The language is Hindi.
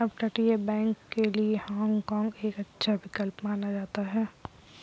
अपतटीय बैंक के लिए हाँग काँग एक अच्छा विकल्प माना जाता है